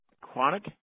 chronic